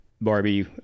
barbie